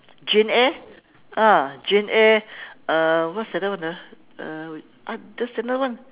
jane eyre ah jane eyre uh what's the other one ah uh wait there's another one